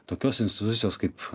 tokios institucijos kaip